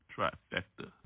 Trifecta